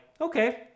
okay